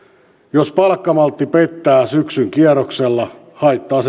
jos palkkamaltti pettää syksyn kierroksella se haittaa